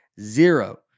zero